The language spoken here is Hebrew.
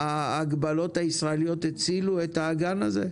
האם ההגבלות הישראליות הצילו את האגן הזה?